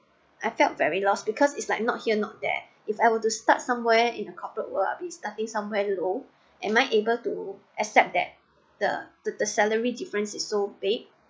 I felt very lost because it's like not here not there if I were to start somewhere in a corporate world I'll be starting somewhere low am I able to accept that the the the salary difference is so big